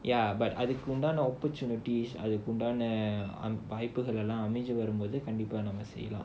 ya but அதுக்குண்டான வாய்ப்புகள்லாம் அமஞ்சி வரும் போது கண்டிப்பா நாம செய்ரோம்:adhukundaanaa vaaipugallaam amanchi varum pothu kandippaa namma seivom